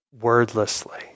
wordlessly